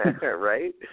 right